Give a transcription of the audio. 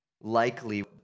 likely